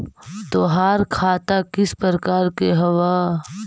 तोहार खता किस प्रकार के हवअ